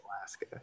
alaska